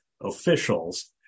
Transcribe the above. officials